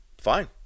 Fine